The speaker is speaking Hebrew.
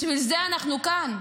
בשביל זה אנחנו כאן.